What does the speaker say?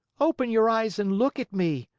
open your eyes and look at me!